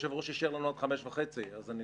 עלא כיפאק.